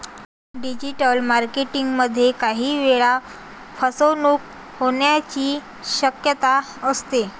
digital marketing मध्ये काही वेळा फसवणूक होण्याची शक्यता असते